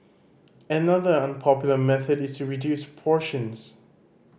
another unpopular method is to reduce portions